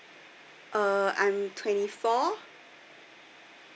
uh I'm twenty four